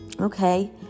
okay